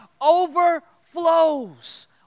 overflows